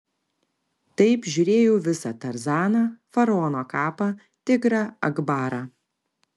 taip žiūrėjau visą tarzaną faraono kapą tigrą akbarą